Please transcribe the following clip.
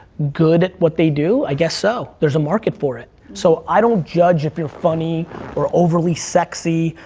good at what they do, i guess so, there's a market for it. so i don't judge if you're funny or overly sexy,